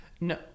No